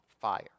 fire